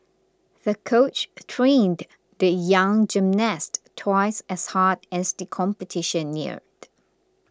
the coach trained the young gymnast twice as hard as the competition neared